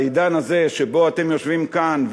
בעידן הזה שבו אתם יושבים כאן,